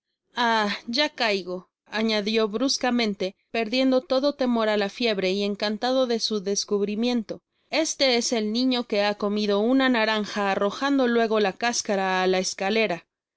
ah ya caigo añadió bruscamente perdiendo todo temor á la fiebre y encantado de su descubrimientoeste es el niño que ha comido una naranja arrojando luego la cáscara á la escalera